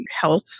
health